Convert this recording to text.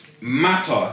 matter